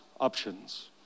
options